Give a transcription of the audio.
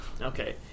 Okay